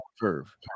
curve